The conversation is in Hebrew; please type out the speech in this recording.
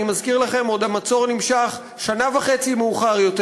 אני מזכיר לכם שהמצור עוד נמשך שנה וחצי מאוחר יותר,